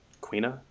Queena